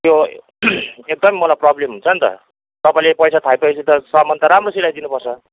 त्यो एकदम मलाई प्रब्लम हुन्छ नि त तपईँले पैसा थापेपछि त सामान त राम्रो सिलाइदिनु पर्छ